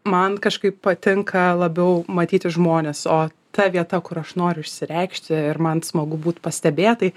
man kažkaip patinka labiau matyti žmones o ta vieta kur aš noriu išsireikšti ir man smagu būti pastebėtai